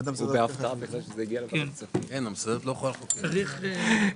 הכנה לקריאה ראשונה.